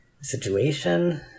situation